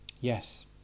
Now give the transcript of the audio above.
Yes